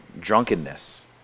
drunkenness